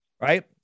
right